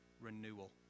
renewal